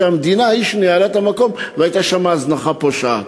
כשהמדינה היא שניהלה את המקום והייתה שם הזנחה פושעת.